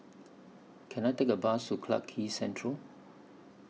Can I Take A Bus to Clarke Quay Central